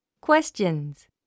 Questions